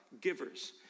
givers